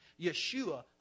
Yeshua